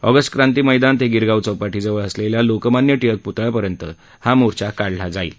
August Kranti Maidan ते गिरगाव चौपाटीजवळ असलेल्या लोकमान्य टिळक प्तळ्यापर्यंत हा मोर्चा काढण्यात येईल